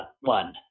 one